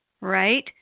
right